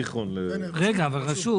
אותך.